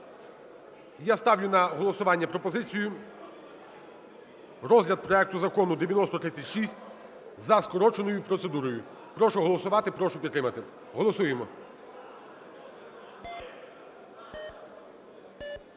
Я ставлю на голосування пропозицію – розгляд проекту Закону 9036 за скороченою процедурою. Прошу голосувати, прошу підтримати. 10:42:04